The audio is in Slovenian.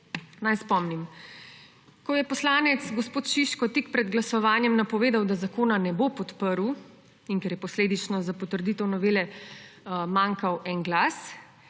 Naj spomnim. Ko je poslanec gospod Šiško tik pred glasovanjem napovedal, da zakona ne bo podprl, in ker je posledično za potrditev novele manjkal en glas,